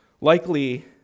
Likely